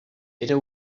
era